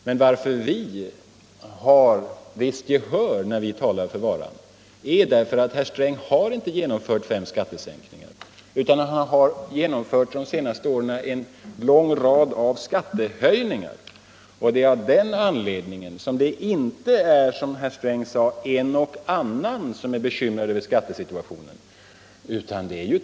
Men skälet till att vi får visst gehör när vi talar för varan är att herr Sträng inte har genomfört fem skattesänkningar utan han har under de senaste åren genomfört en lång rad skattehöjningar. Det är av den anledningen som inte bara — som herr Sträng sade — en och annan är bekymrad över skattesituationen.